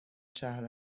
شهر